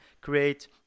create